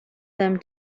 them